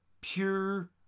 pure